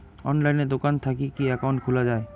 অনলাইনে দোকান থাকি কি একাউন্ট খুলা যায়?